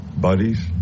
buddies